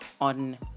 on